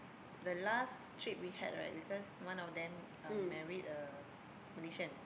the last trip we had right because one of them um married a Malaysian